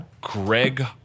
Greg